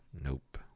Nope